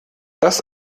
das